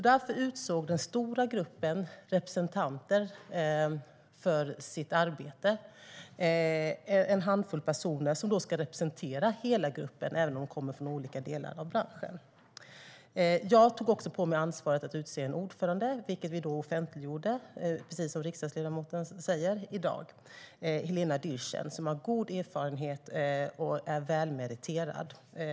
Därför utsåg den stora gruppen representanter för sitt arbete. Det är en handfull personer som ska representera hela gruppen, även om de kommer från olika delar av branschen. Jag tog också på mig ansvaret att utse en ordförande. Vi offentliggjorde, precis som riksdagsledamoten säger, i dag att det är Helena Dyrssen som har utsetts. Hon har god erfarenhet och är välmeriterad.